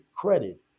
credit